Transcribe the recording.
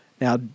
Now